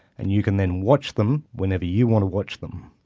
and you can then watch them whenever you want to watch them.